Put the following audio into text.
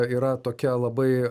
yra tokia labai